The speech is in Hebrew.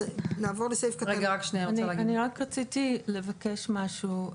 אני רק רציתי לבקש משהו.